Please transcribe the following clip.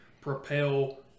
propel